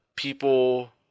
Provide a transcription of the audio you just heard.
People